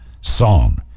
song